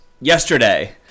yesterday